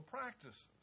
practices